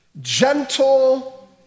gentle